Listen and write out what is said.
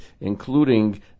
including